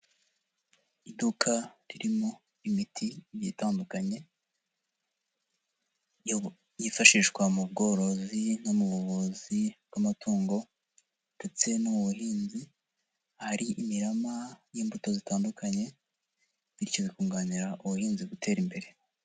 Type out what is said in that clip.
Iduka ririmo imiti igiye itandukanye yifashishwa mu bworozi no mu buvuzi bw'amatungo ndetse no mu buhinzi, hari imirama y'imbuto zitandukanye, bityo bikunganira ubuhinzi gutera imbere.